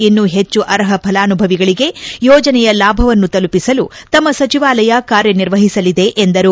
ಇನ್ನೂ ಹೆಚ್ಚು ಅರ್ಹ ಫಲಾನುಭವಿಗಳಿಗೆ ಯೋಜನೆಯ ಲಾಭವನ್ನು ತಲುಪಿಸಲು ತಮ್ಮ ಸಚಿವಾಲಯ ಕಾರ್ಯ ನಿರ್ವಹಿಸಲಿದೆ ಎಂದರು